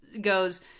goes